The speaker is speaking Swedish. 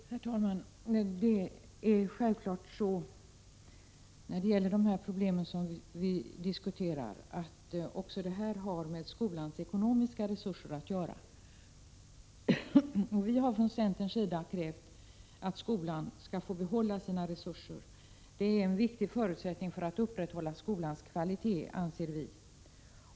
Prot. 1986/87:57 Herr talman! Det är självklart så att även de problem som vi nu diskuterar — 21 januari 1987 har med skolans ekonomiska resurser att göra. Från centerns sida har vi krävt. JO soror g £ Om våldet i skolan och att skolan skall få behålla sina resurser. Det är en viktig förutsättning för att =,.- RE 4 s 2 AR lärarnas arbetssituaupprätthålla skolans kvalitet, anser vi.